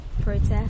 protest